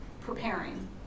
preparing